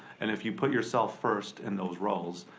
and if you put yourself first in those roles,